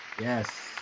Yes